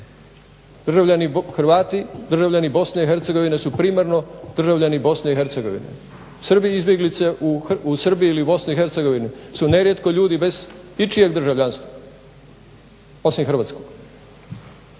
Hrvati, državljani Bosne i Hercegovine su primarno državljani Bosne i Hercegovine. Srbi izbjeglice u Srbiji ili Bosni i Hercegovini su nerijetko ljudi bez ičijeg državljanstva osim hrvatskog.